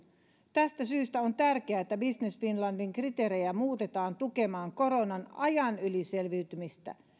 tästä syystä on tärkeää että business finlandin kriteerejä muutetaan tukemaan koronan ajan yli selviytymistä